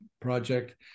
project